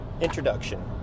Introduction